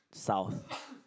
south